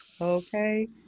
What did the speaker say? okay